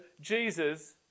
Jesus